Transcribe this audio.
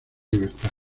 libertad